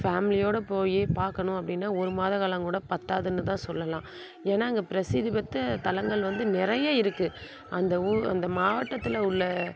ஃபேமிலியோடு போய் பார்க்கணும் அப்படின்னா ஒரு மாத காலங்கூட பற்றாதுன்னு தான் சொல்லலாம் ஏன்னா அங்கே பிரசித்தி பெத்த தலங்கள் வந்து நிறைய இருக்குது அந்த ஊ அந்த மாவட்டத்தில் உள்ள